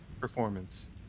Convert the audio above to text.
Performance